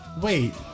Wait